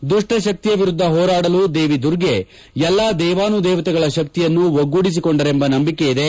ದುಷ್ಪಶಕ್ತಿಯ ವಿರುದ್ಧ ಹೋರಾಡಲು ದೇವಿ ದುರ್ಗೆ ಎಲ್ಲ ದೇವಾನುದೇವತೆಗಳ ಶಕ್ತಿಯನ್ನು ಒಗ್ಗೂಡಿಸಿಕೊಂಡರೆಂಬ ನಂಬಿಕೆಯಿದೆ